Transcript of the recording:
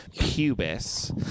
pubis